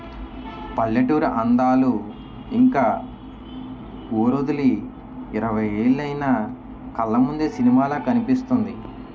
పల్లెటూరి అందాలు ఇంక వూరొదిలి ఇరవై ఏలైన కళ్లముందు సినిమాలా కనిపిస్తుంది